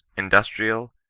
industrial,